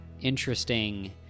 interesting